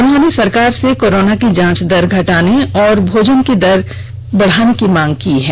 उन्होंने सरकार से कोरोना की जांच दर घटाने और भोजन की दर को बढ़ाने की मांग की है